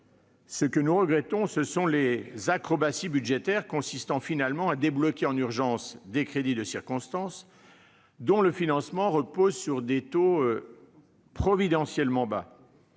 Ce que nous regrettons, ce sont les acrobaties budgétaires consistant finalement à débloquer en urgence des crédits de circonstance, dont le financement repose sur des taux providentiellement bas.